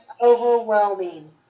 Overwhelming